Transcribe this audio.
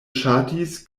ŝatis